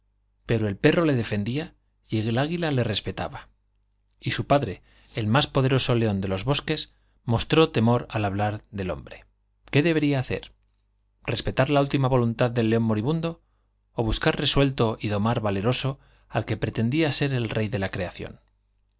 pero el perro le defendía y el águila el más poderoso león de los su padre respetaba y mostró temor al hablar del hombre bosques qué debería hacer respetar la última voluntad del león moribundo ó buscar resuelto y dornar vale roso al que pretendía ser rey de la creación